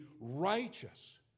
righteous